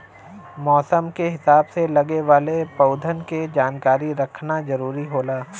मौसम के हिसाब से लगे वाले पउधन के जानकारी रखना जरुरी होला